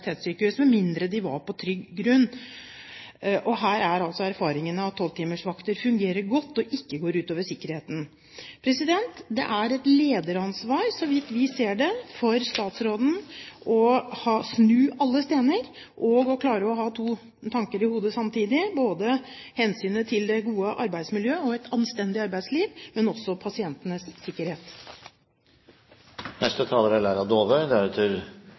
universitetssykehus med mindre de var på trygg grunn. Her er erfaringen at 12 timers vakter fungerer godt og ikke går ut over sikkerheten. Det er et lederansvar, så vidt vi ser det, for statsråden å snu alle steiner og klare å ha to tanker i hodet samtidig – både hensynet til det gode arbeidsmiljøet og et anstendig arbeidsliv og pasientenes sikkerhet. Tusen takk til alle for en god og interessant debatt med mange forskjellige vinklinger. Det er